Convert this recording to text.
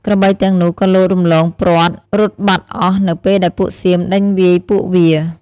ក្របីទាំងនោះក៏លោតរំលងព្រ័ត្ររត់បាត់អស់នៅពេលដែលពួកសៀមដេញវាយពួកវា។